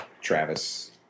Travis